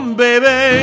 baby